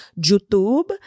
YouTube